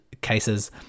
cases